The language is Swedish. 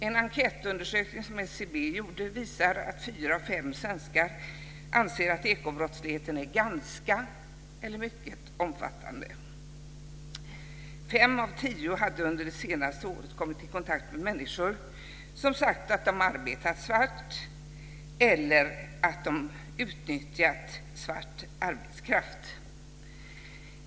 En enkätundersökning gjord av SCB visar att fyra av fem svenskar anser att ekobrottsligheten är ganska eller mycket omfattande. Fem av tio hade under det senaste året kommit i kontakt med människor som sagt att de arbetat svart eller utnyttjat svart arbetskraft.